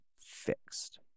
fixed